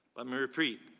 let me repeat,